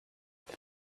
they